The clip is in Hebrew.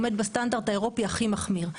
הוא עומד בסטנדרט האירופי הכי מחמיר.